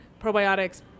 probiotics